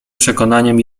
przekonaniem